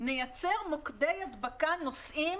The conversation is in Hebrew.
נייצר מוקדי הדבקה נוסעים